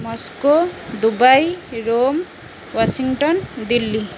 Moscow Dubai Rome Washington Delhi